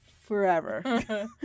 Forever